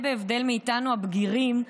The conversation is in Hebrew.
בהבדל מאיתנו, הבגירים,